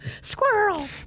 Squirrel